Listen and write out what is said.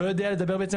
לא יודע לדבר בעצם